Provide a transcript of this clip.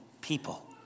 people